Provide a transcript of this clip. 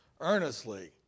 Earnestly